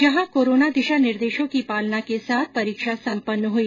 जहाँ कोरोना दिशा निर्देशों की पालना के साथ परीक्षा संपन्न हुई